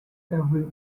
every